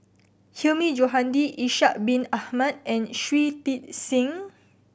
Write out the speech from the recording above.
Hilmi Johandi Ishak Bin Ahmad and Shui Tit Sing